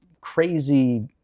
crazy